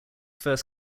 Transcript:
first